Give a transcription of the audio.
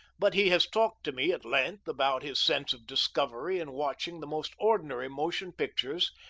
but he has talked to me at length about his sense of discovery in watching the most ordinary motion pictures,